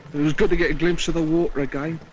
it was good to get a glimpse of the water again.